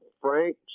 Frank